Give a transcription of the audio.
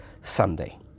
Sunday